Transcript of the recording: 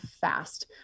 fast